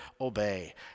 obey